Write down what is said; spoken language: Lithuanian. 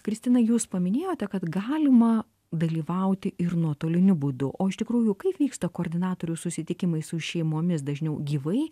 kristina jūs paminėjote kad galima dalyvauti ir nuotoliniu būdu o iš tikrųjų kaip vyksta koordinatorių susitikimai su šeimomis dažniau gyvai